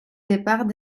départ